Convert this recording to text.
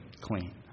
clean